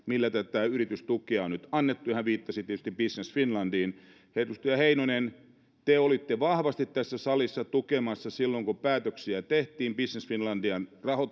millä tätä yritystukea on nyt annettu ja hän viittasi tietysti business finlandiin edustaja heinonen te olitte vahvasti tässä salissa tukemassa silloin kun päätöksiä tehtiin